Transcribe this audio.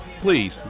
please